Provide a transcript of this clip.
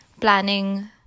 planning